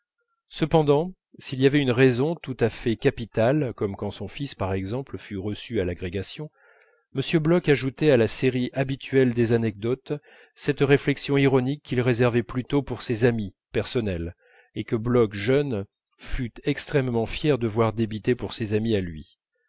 cependant s'il y avait une raison tout à fait capitale comme quand son fils par exemple fut reçu à l'agrégation m bloch ajoutait à la série habituelle des anecdotes cette réflexion ironique qu'il réservait plutôt pour ses amis personnels et que bloch jeune fut extrêmement fier de voir débiter pour ses amis à lui